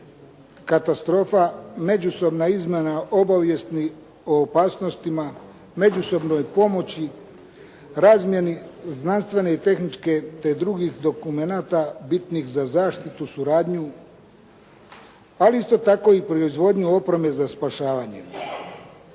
katastrofa, međusobna izmjena obavijesti o opasnostima, međusobnoj pomoći, razmjeni znanstvene i tehničke te drugih dokumenata bitnih za zaštitu, suradnju, ali isto tako i proizvodnju opreme za spašavanje.